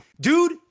Dude